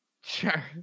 Sure